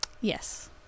Yes